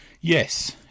Yes